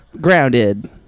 grounded